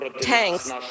tanks